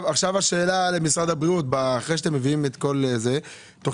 השאלה למשרד הבריאות אחרי שאתם מביאים את זה - תוך